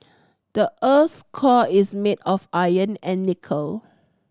the earth's core is made of iron and nickel